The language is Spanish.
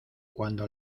cuando